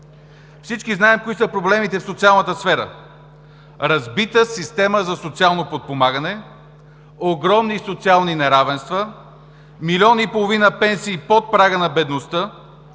всички знаем кои са проблемите в социалната сфера: разбита система за социално подпомагане; огромни социални неравенства; милион и половина пенсии под прага на бедността;